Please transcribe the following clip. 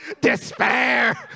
Despair